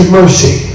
mercy